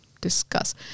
discuss